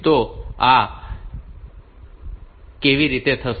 તો આ કેવી રીતે થશે